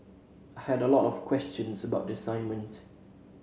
I had a lot of questions about the assignment